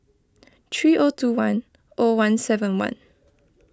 three O two one O one seven one